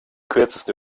kürzeste